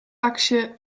aksje